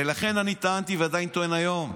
ולכן אני טענתי, ועדיין טוען היום: